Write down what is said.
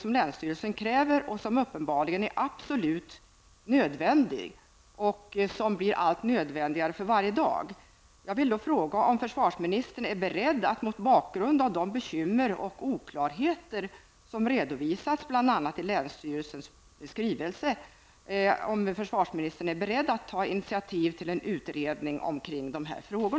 En sådan utveckling är uppenbarligen absolut nödvändig och blir allt nödvändigare för varje dag. Jag vill fråga om försvarsministern är beredd att mot bakgrund av de bekymmer och oklarheter som redovisats bl.a. i länsstyrelsens skrivelse ta initiativ till en utredning om dessa frågor.